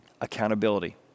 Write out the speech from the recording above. Accountability